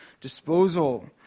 disposal